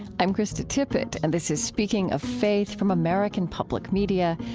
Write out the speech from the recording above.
i'm krista tippett, and this is speaking of faith from american public media,